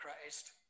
Christ